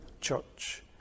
church